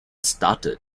started